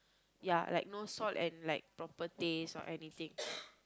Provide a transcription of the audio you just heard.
ya like no salt and like proper taste or anything